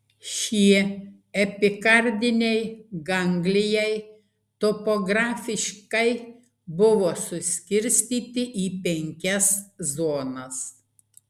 šie epikardiniai ganglijai topografiškai buvo suskirstyti į penkias zonas